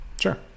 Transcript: Sure